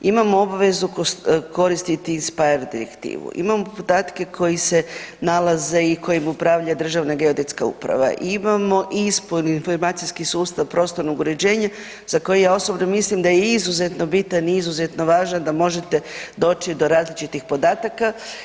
Imamo obvezu koristiti inspire direktivu, imamo podatke koji se nalaze i kojim upravlja Državna geodetska uprava, imamo ... informacijski sustav prostornog uređenja, za koji ja osobno mislim da je izuzetno bitan izuzetno važan da možete doći do različitih podataka.